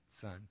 son